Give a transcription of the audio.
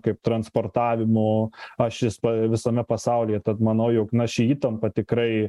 kaip transportavimo ašis visame pasaulyje tad manau jog na ši įtampa tikrai